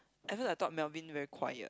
at first I thought Melvin very quiet